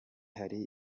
hari